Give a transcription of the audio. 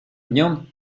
днем